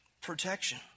protection